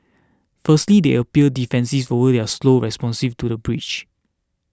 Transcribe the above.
firstly they appeared defensive over their slow responsive to the breach